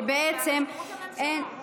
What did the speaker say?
שבעצם לא,